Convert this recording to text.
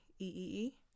E-E-E